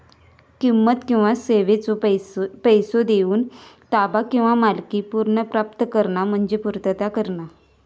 किंमत किंवा सेवेचो पैसो देऊन ताबा किंवा मालकी पुनर्प्राप्त करणा म्हणजे पूर्तता करणा